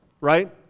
right